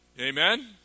Amen